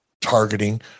targeting